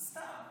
זה סתם.